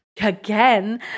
Again